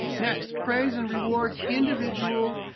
next, praise and reward individual,